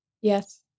Yes